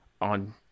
on